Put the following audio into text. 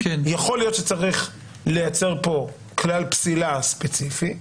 יכול להיות שצריך לייצר פה כלל פסילה ספציפי,